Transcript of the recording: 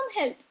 health